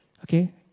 Okay